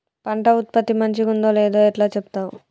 పంట ఉత్పత్తి మంచిగుందో లేదో ఎట్లా చెప్తవ్?